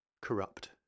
Corrupt